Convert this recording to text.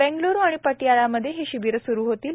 बेंगळूरू आणि पटियाळामध्ये ही शिबिरं सुरू होतील